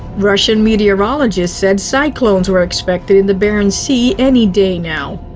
russian meteorologists said cyclones were expected in the barents sea any day now.